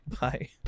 bye